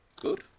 Good